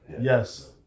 Yes